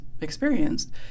experienced